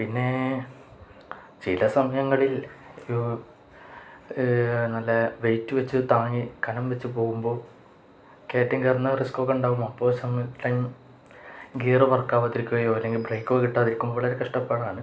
പിന്നേ ചില സമയങ്ങളിൽ നല്ല വെയിറ്റ് വച്ചു താങ്ങി കനംവച്ചു പോകുമ്പോള് കയറ്റം കയറുന്ന റിസ്ക്കൊക്കെ ഉണ്ടാവും അപ്പോള് സമയം ഗിയർ വർക്കാവാതിരിക്കുകയോ അല്ലെങ്കില് ബ്രേക്കോ കിട്ടാതിരിക്കുമ്പോള് വളരെ കഷ്ടപ്പാടാണ്